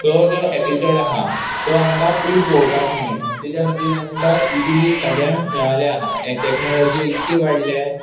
तो जो एपिसोड आसा तो आमकां फूल पळोवपाक मेळटा ताच्या खातीर आमकां इजिली सगळें मेळलेलें आसा टॅक्नोलॉजी इतकी वाडल्या